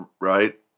Right